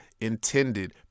intended